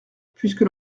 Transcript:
puisque